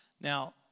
Now